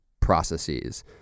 processes